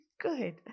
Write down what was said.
good